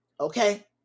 okay